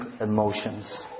emotions